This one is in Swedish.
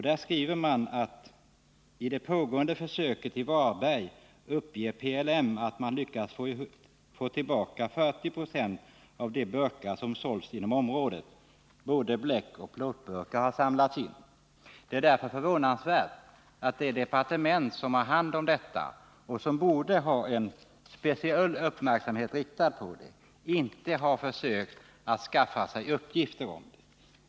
Där skriver man: ”I det pågående försöket i Varberg uppger PLM att man lyckats få tillbaka 40 procent av de burkar som sålts i området .” Det är därför förvånande att det departement som har hand om denna fråga och som borde ha en speciell uppmärksamhet riktad på den inte har försökt skaffa sig uppgifter om den.